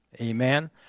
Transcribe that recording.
Amen